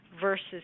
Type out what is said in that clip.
versus